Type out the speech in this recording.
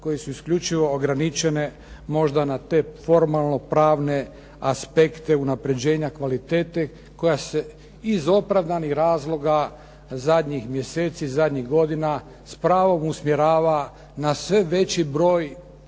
koje su isključivo ograničene možda na te formalno pravne aspekte unapređenja kvalitete koja se iz opravdanih razloga zadnjih mjeseci, zadnjih godina s pravom usmjerava na sve veći broj